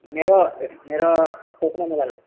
मेरो मेरो Tecno mobile हो